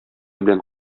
белән